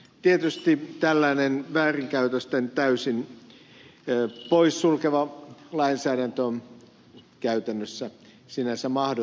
tietysti tällainen väärinkäytökset täysin poissulkeva lainsäädäntö on käytännössä sinänsä mahdottomuus